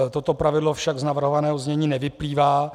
Toto pravidlo však z navrhovaného znění nevyplývá.